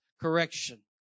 correction